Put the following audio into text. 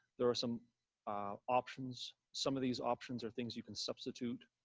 there are some options. some of these options are things you can substitute.